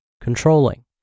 controlling